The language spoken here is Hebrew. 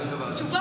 תודה.